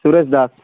Suresh Das